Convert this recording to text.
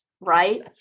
Right